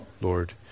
Lord